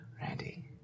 Randy